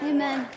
Amen